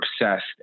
obsessed